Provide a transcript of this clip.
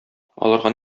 аларга